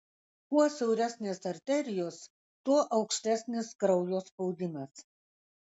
kuo siauresnės arterijos tuo aukštesnis kraujo spaudimas